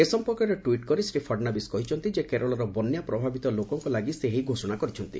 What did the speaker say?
ଏ ସମ୍ପର୍କରେ ଟ୍ୱିଟ୍ କରି ଶ୍ରୀ ଫଡ଼ନାବିସ୍ କହିଛନ୍ତି କେରଳର ବନ୍ୟା ପ୍ରଭାବିତ ଲୋକଙ୍କ ଲାଗି ସେ ଏହି ଘୋଷଣା କରିଛନ୍ତି